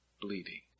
bleeding